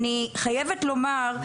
אני חייבת לומר,